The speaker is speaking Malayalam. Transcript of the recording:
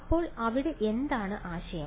അപ്പോൾ ഇവിടെ എന്താണ് ആശയം